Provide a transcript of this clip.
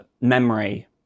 memory